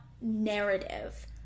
narrative